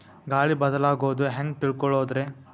ಗಾಳಿ ಬದಲಾಗೊದು ಹ್ಯಾಂಗ್ ತಿಳ್ಕೋಳೊದ್ರೇ?